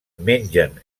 mengen